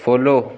follow